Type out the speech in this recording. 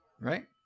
right